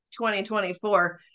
2024